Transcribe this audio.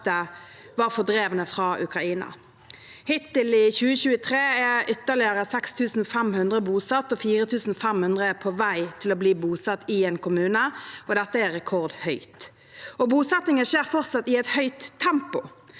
var fordrevne fra Ukraina. Hittil i 2023 er ytterligere 6 500 bosatt, og 4 500 er på vei til å bli bosatt i en kommune. Dette er rekordhøyt. Bosettingen skjer fortsatt i et høyt tempo.